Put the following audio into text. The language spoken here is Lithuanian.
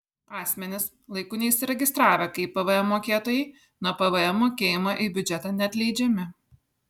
asmenys laiku neįsiregistravę kaip pvm mokėtojai nuo pvm mokėjimo į biudžetą neatleidžiami